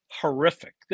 horrific